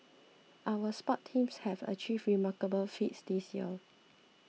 our sports teams have achieved remarkable feats this year